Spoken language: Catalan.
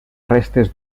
restes